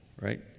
right